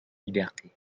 liberté